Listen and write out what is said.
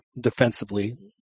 Defensively